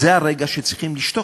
זה הרגע שצריכים לשתוק.